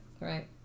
right